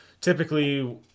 typically